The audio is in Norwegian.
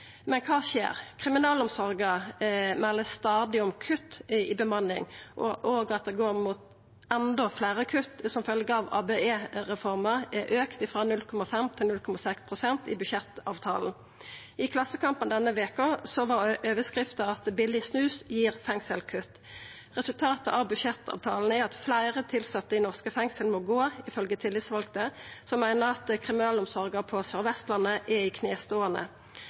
Men kva skjer? Kriminalomsorga melder stadig om kutt i bemanning, og at det går mot enda fleire kutt som følgje av at ABE-reforma er auka frå 0,5 til 0,6 pst. i budsjettavtalen. I Klassekampen denne veka var overskrifta at billig snus gir fengselskutt. Resultatet av budsjettavtalen er at fleire tilsette i norske fengsel må gå, ifølgje tillitsvalde, som meiner at kriminalomsorga på Sør-Vestlandet er i kneståande.